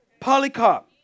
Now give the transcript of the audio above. Polycarp